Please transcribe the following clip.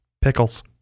Pickles